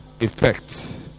effect